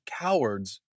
cowards